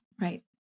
Right